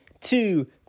two